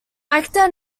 actor